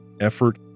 effort